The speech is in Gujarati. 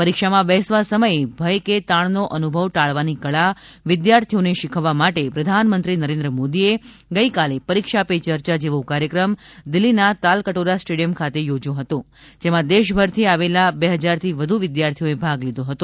પરીક્ષામાં બેસવા સમયે ભય કે તાણ નો અનુભવ ટાળવાની કળા વિદ્યાર્થીઓને શીખવવા માટે પ્રધાનમંત્રી નરેન્દ્ર મોદી એ ગઇકાલે પરીક્ષા પે ચર્ચા જેવો કાર્યક્રમ દિલ્લીના તાલકટોરા સ્ટેડિયમ ખાતે યોજ્યો હતો જેમાં દેશભરથી આવેલા બે હજારથી વધુ વિદ્યાર્થીઓએ ભાગ લીધો હતો